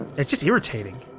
it's just irritating.